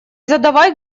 задавай